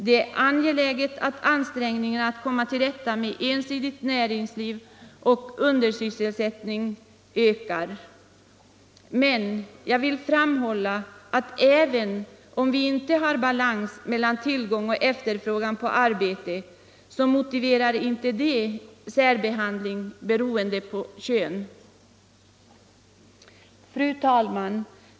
Det är angeläget att ansträngningarna att komma till rätta med ensidigt näringsliv och undersysselsättning intensifieras. Men jag vill framhålla att även om vi inte har balans mellan tillgång och efterfrågan på arbete så är det inte motiverat med särbehandling beroende på kön Fru talman!